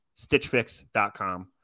Stitchfix.com